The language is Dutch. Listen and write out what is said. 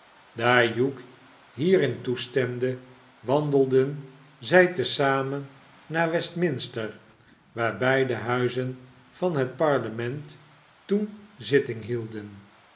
hugh hierin toestemde wandelden zij te zamen naar westminster waar beide huizen van het parlement toenzittinghielden